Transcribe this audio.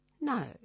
No